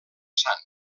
sant